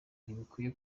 ntibikwiye